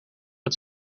het